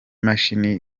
mashini